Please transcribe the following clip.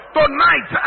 tonight